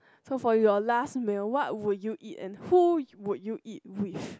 so for your last meal what would you eat and who would you eat with